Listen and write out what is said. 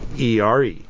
ERE